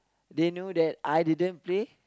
they know that I didn't play